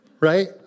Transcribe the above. right